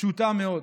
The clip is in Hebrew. פשוטה מאוד.